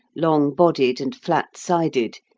long-bodied and flat-sided,